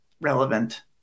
relevant